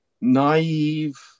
naive